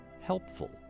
helpful